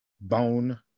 bone